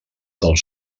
del